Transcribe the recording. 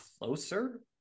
closer